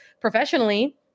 professionally